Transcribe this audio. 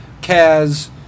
Kaz